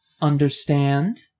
Understand